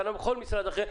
כנ"ל בכל משרד אחר,